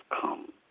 come